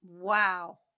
Wow